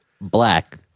Black